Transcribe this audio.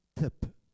tip